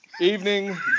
evening